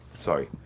Sorry